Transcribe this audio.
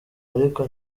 ariko